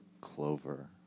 clover